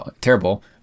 terrible